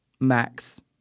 max